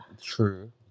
true